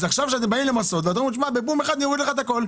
אז עכשיו כשאתם באים למסות אתם אומרים: בבום אחד נוריד לך הכול.